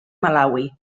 malawi